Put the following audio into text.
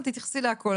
את תתייחסי לכול.